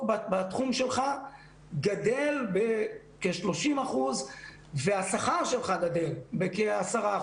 בתחום שלך גדל בכ-30% והשכר שלך גדל בכ-10%,